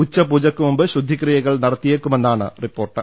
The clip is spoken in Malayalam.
ഉച്ചപൂജക്കു മുമ്പ് ശുദ്ധിക്രിയകൾ നടത്തിയേക്കുമെന്നാണ് റിപ്പോർട്ട്